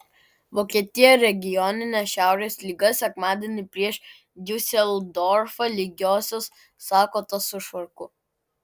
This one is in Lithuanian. vokietija regioninė šiaurės lyga sekmadienį prieš diuseldorfą lygiosios sako tas su švarku